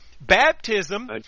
Baptism